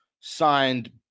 signed